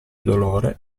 dolore